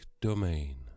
domain